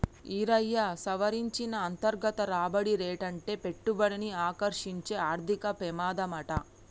ఈరయ్యా, సవరించిన అంతర్గత రాబడి రేటంటే పెట్టుబడిని ఆకర్సించే ఆర్థిక పెమాదమాట